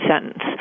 sentence